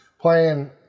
Playing